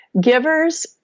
Giver's